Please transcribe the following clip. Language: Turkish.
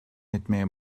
etmeye